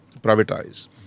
privatize